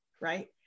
right